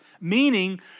Meaning